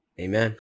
Amen